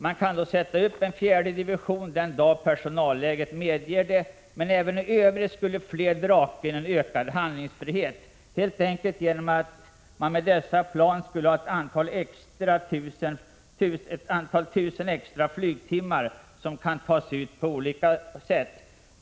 Man kan då sätta upp en fjärde division den dag personalläget medger det. Men även i övrigt skulle fler Draken ge en utökad handlingsfrihet, helt enkelt genom att man med dessa flygplan skulle ha ett antal tusen extra flygtimmar som kan tas ut på olika sätt.